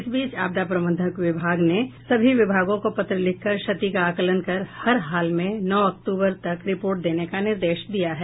इस बीच आपदा प्रबंधन विभाग ने सभी विभागों को पत्र लिखकर क्षति का आकलन कर हर हाल में नौ अक्तूबर तक रिपोर्ट देने का निर्देश दिया है